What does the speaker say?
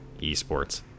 esports